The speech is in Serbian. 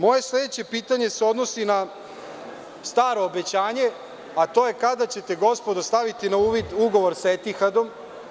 Moje sledeće pitanje se odnosi na staro obećanje, a to je kada ćete, gospodo, staviti na uvid ugovor sa Etihadom?